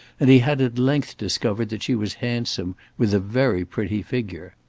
and he had at length discovered that she was handsome, with a very pretty figure.